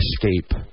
escape